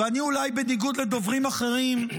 ואולי בניגוד לדוברים אחרים אני